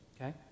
okay